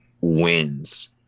wins